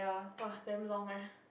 !wah! damn long eh